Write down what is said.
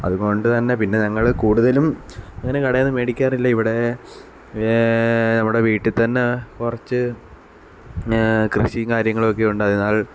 അതുകൊണ്ട് തന്നെ പിന്നെ ഞങ്ങൾ കൂടുതലും അങ്ങനെ കടയിൽ നിന്ന് മേടിക്കാറില്ല ഇവിടെ നമ്മുടെ വീട്ടിൽ തന്നെ കുറച്ച് കൃഷിയും കാര്യങ്ങളും ഒക്കെയുണ്ട് അതിനാല്